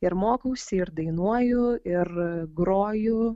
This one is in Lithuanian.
ir mokausi ir dainuoju ir groju